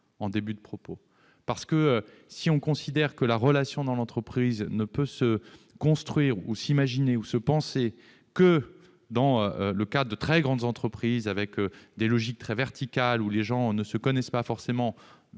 au début de mon propos. En effet, si l'on considère que la relation dans l'entreprise ne peut se construire, s'imaginer ou se penser que dans le cadre de très grandes entreprises avec des logiques très verticales puisque les personnes ne se connaissent pas forcément-